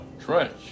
trench